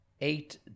eight